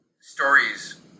stories